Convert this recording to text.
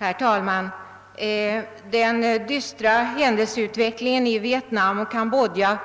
Herr talman! Den dystra händelseutvecklingen i Vietnam och Kambodja